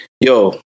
Yo